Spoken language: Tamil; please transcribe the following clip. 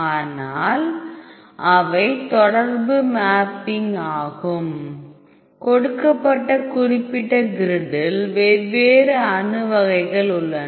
ஆனால் இவை தொடர்பு மேப்பிங் ஆகும் கொடுக்கப்பட்ட குறிப்பிட்ட கிரிடில் வெவ்வேறு அணு வகைகள் உள்ளன